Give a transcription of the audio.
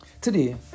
Today